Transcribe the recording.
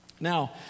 Now